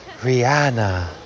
Rihanna